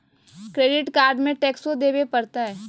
Credit card में टेक्सो देवे परते?